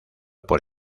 por